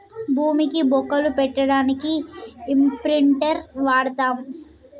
భూమికి బొక్కలు పెట్టడానికి ఇంప్రింటర్ వాడతం